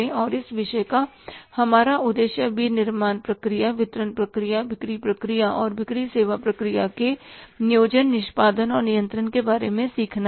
और इस विषय का हमारा उद्देश्य विनिर्माण प्रक्रिया वितरण प्रक्रिया बिक्री प्रक्रिया और बिक्री सेवा प्रक्रिया के नियोजन निष्पादन और नियंत्रण के बारे में सीखना है